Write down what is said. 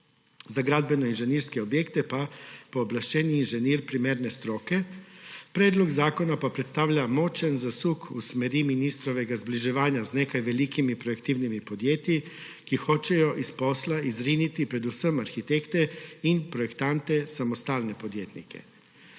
za gradbene inženirske objekte pa pooblaščeni inženir primerne stroke. Predlog zakona pa predstavlja močen zasuk v smeri ministrovega zbliževanja z nekaj velikimi projektivnimi podjetji, ki hočejo iz posla izriniti predvsem arhitekte in projektante samostojne podjetnike.